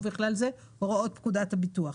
ובכלל זה הוראות פקודת הביטוח.